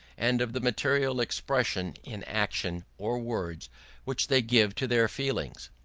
and of the material expression in action or words which they give to their feelings.